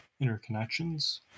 interconnections